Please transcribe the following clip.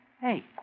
Hey